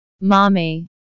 mommy